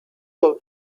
all